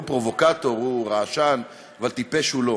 הוא פרובוקטור, הוא רעשן, אבל טיפש הוא לא.